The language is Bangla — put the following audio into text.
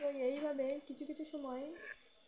এবং এইভাবে কিছু কিছু সময়